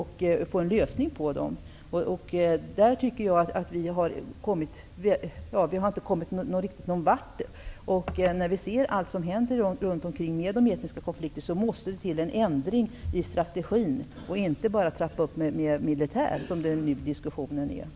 Där har vi inte kommit någon vart. När vi ser allt som händer runt omkring, med de etniska konflikterna, måste det till en ändring av strategin, inte bara en upptrappning med militär, som diskussionen nu går ut på.